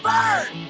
Bird